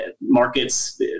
markets